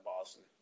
Boston